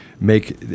make